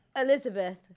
elizabeth